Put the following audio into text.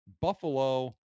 Buffalo